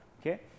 okay